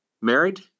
married